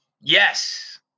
Yes